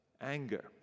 anger